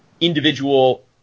individual